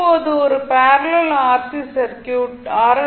இப்போது ஒரு parallel R